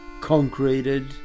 concreted